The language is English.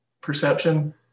perception